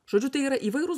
žodžiu tai yra įvairūs